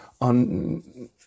on